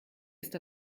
ist